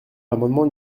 l’amendement